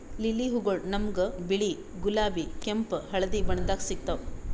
lily ಹೂವಗೊಳ್ ನಮ್ಗ್ ಬಿಳಿ, ಗುಲಾಬಿ, ಕೆಂಪ್, ಹಳದಿ ಬಣ್ಣದಾಗ್ ಸಿಗ್ತಾವ್